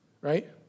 right